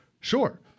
sure